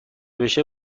بشه